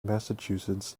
massachusetts